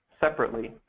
separately